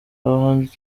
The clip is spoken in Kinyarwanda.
abahanzi